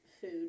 food